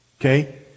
Okay